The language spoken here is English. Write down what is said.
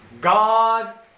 God